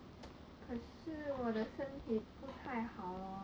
可是我的身体不太好